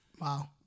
Wow